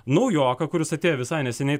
naujoką kuris atėjo visai neseniai